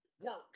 works